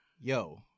yo